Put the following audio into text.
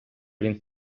він